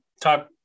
talk